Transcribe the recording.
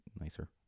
nicer